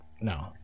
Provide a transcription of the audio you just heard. no